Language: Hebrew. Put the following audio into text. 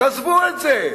תעזבו את זה.